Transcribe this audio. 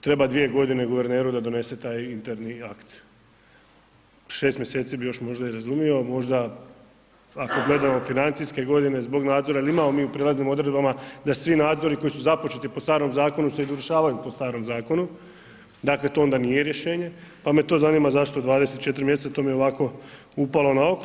treba dvije godine guverneru da donese taj interni akt, šest mjeseci bi još možda i razumio, možda ako gledamo financijske godine zbog nadzora jer imamo mi u prijelaznim odredbama da svi nadzori koji su započeti po starom zakonu se izvršavaju po starom zakonu, dakle, to onda nije rješenje, pa me to zanima zašto 24 mjeseca, to mi je ovako upalo na oko.